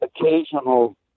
occasional